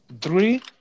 three